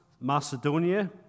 Macedonia